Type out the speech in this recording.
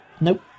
Nope